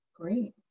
Great